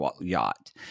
yacht